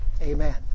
Amen